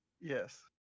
Yes